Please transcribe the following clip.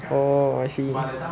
oh I see